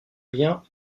bien